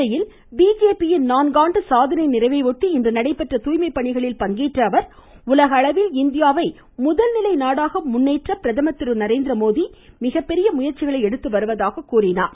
மதுரையில் பிஜேபி யின் நான்கு ஆண்டு சாதனை நிறைவை ஒட்டி இன்று நடைபெற்ற தூய்மைப் பணிகளில் பங்கேற்ற அவா் உலக அளவில் இந்தியாவை முதல்நிலை நாடாக முன்னேற்ற பிரதம் திரு நரேந்திரமோடி மிகப்பெரிய முயற்சிகளை எடுத்து வருவதாக கூறினார்